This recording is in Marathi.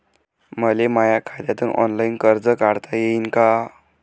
मले माया खात्यातून ऑनलाईन कर्ज काढता येईन का?